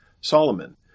Solomon